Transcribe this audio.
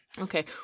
Okay